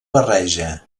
barreja